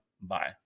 Bye